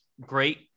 great